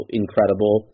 incredible